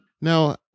now